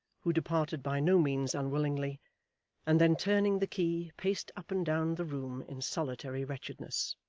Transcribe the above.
who departed by no means unwillingly and then turning the key, paced up and down the room in solitary wretchedness.